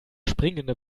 springende